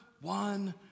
one